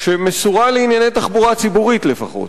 שמסורה לענייני תחבורה ציבורית לפחות.